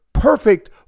perfect